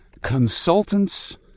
consultants